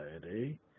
society